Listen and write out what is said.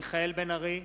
מי זאת?